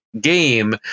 game